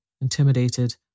intimidated